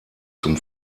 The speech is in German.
zum